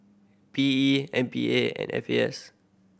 P E M P A and F A S